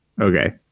Okay